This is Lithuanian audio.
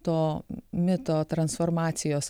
to mito transformacijos